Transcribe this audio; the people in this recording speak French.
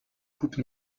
coupes